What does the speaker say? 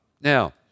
Now